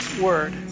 word